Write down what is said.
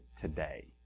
today